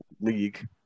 league